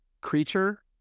creature